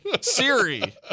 Siri